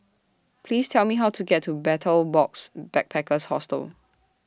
Please Tell Me How to get to Betel Box Backpackers Hostel